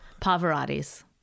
Pavarotti's